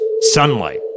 sunlight